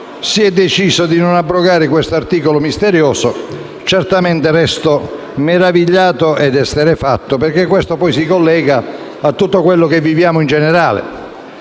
si è deciso di non abrogare questo articolo misterioso. Certamente resto meravigliato ed esterrefatto, perché ciò poi si collega a tutto quello che viviamo in generale.